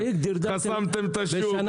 חסמתם את השוק,